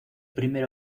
primer